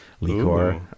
liqueur